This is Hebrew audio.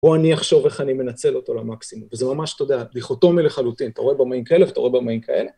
או אני אחשוב איך אני מנצל אותו למקסימום. וזה ממש, אתה יודע, דיכוטומי לחלוטין. אתה רואה במאים כאלה ואתה רואה במאים כאלה.